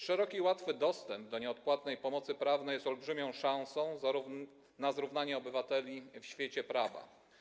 Szeroki i łatwy dostęp do nieodpłatnej pomocy prawnej jest olbrzymią szansą na zrównanie obywateli w świetle prawa.